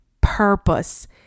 purpose